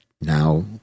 now